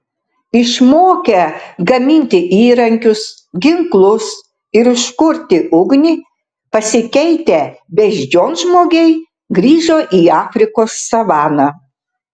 išmokę gaminti įrankius ginklus ir užkurti ugnį pasikeitę beždžionžmogiai grįžo į afrikos savaną